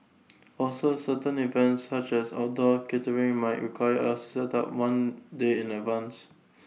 also certain events such as outdoor catering might require us to set up one day in advance